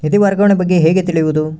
ನಿಧಿ ವರ್ಗಾವಣೆ ಬಗ್ಗೆ ಹೇಗೆ ತಿಳಿಯುವುದು?